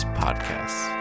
podcasts